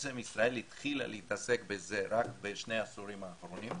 בעצם ישראל התחילה להתעסק בזה רק בשני העשורים האחרונים.